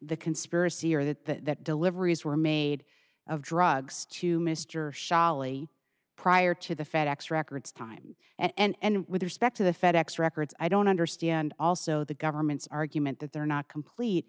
the conspiracy or that deliveries were made of drugs to mr challis prior to the fed ex records time and with respect to the fed ex records i don't understand also the government's argument that they're not complete